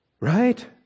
Right